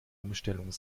umstellung